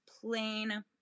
plain